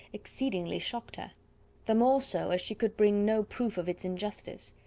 exceedingly shocked her the more so, as she could bring no proof of its injustice.